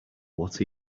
what